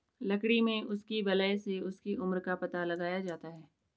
लकड़ी में उसकी वलय से उसकी उम्र का पता लगाया जाता है